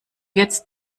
jetzt